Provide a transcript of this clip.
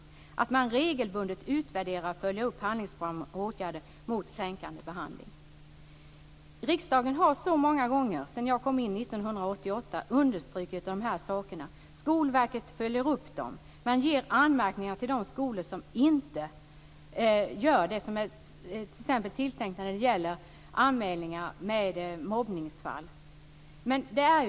Man ska regelbundet utvärdera och följa upp handlingsprogram och åtgärder mot kränkande behandling. Sedan jag kom in i riksdagen 1988 har riksdagen så många gånger understrukit dessa saker. Skolverket gör uppföljningar och ger anmärkningar till de skolor som inte uppfyller det som de ska uppfylla, t.ex. när det gäller anmälningar av mobbningsfall.